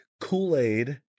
Kool-Aid